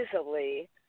easily